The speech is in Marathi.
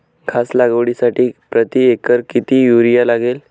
घास लागवडीसाठी प्रति एकर किती युरिया लागेल?